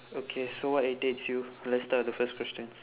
okay so what irritates you let's start with the first questions